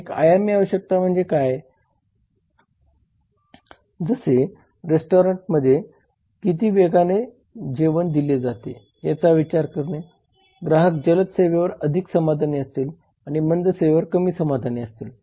एक आयामी आवश्यकता म्हणजे काय जसे रेस्टॉरंटमध्ये जेवण किती वेगाने दिले जाते याचा विचार करणे ग्राहक जलद सेवेवर अधिक समाधानी असतील आणि मंद सेवेवर कमी समाधानी असतील